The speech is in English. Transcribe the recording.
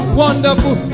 wonderful